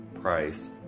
Price